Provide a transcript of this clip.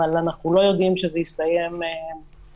אבל אנחנו לא יודעים שזה הסתיים בהסכמים.